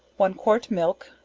one quart milk,